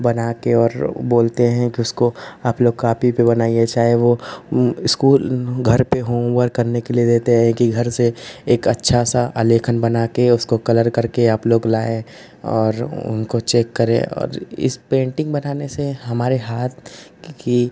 बनाकर और बोलते हैं कि इसको आप लोग कॉपी पर बनाइए चाहे वह स्कूल घर पर होम वर्क करने के लिए देते हैं कि घर से एक अच्छा सा आलेखन बनाकर उसको कलर करके आप लोग लाएँ और उनको चेक करें और इस पेन्टिन्ग बनाने से हमारे हाथ की